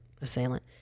assailant